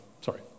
Sorry